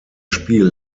spiel